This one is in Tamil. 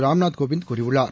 ராம்நாத் கோவிந் கூறியுள்ளார்